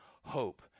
Hope